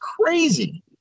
crazy